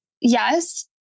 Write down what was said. yes